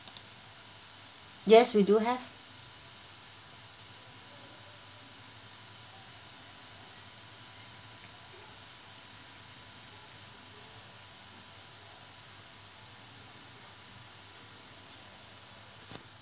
yes we do have